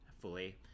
fully